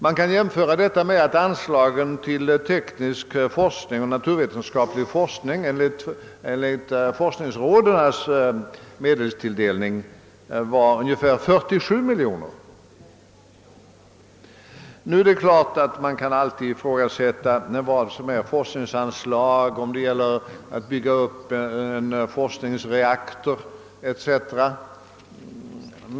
Man kan jämföra detta belopp med anslagen för teknisk och naturvetenskaplig forskning, som enligt forskningsrådens medelstilldelning uppgick till ungefär 47 miljoner kronor. Nu är det klart att man alltid kan fråga vad som vid en jämförelse är forskningsanslag när man bygger en forskningsreaktor o.s. v.